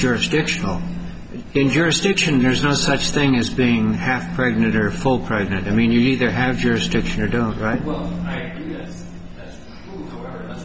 jurisdictional jurisdiction there's no such thing as being half pregnant or full pregnant i mean you either have jurisdiction or don't write w